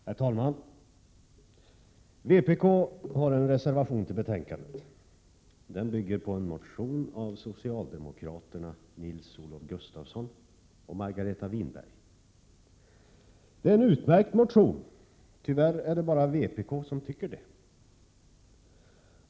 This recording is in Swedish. Herr talman! Vpk har en reservation till betänkandet. Den bygger på en motion av socialdemokraterna Nils-Olof Gustafsson och Margareta Winberg. Det är en utmärkt motion. Tyvärr är det bara vpk som tycker det.